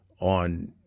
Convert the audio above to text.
on